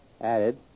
added